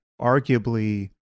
arguably